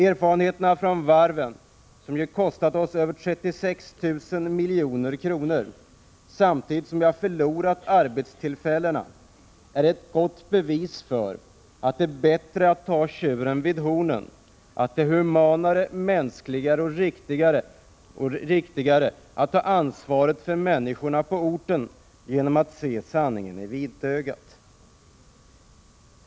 Erfarenheterna från varven — som kostat oss 36 000 milj.kr., samtidigt som vi har förlorat arbetstillfällena — är ett gott bevis för att det är bättre att ta tjuren vid hornen. Det är humanare, mänskligare och riktigare att genom att se sanningen i vitögat ta ansvaret för människorna på orten.